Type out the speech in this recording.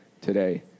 today